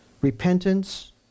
Repentance